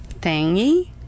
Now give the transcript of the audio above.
Thingy